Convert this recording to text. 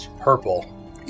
Purple